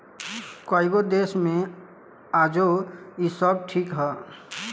कएगो देश मे आजो इ सब ठीक ह